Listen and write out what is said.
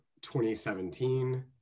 2017